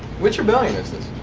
which rebellion is this?